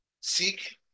seek